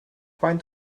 faint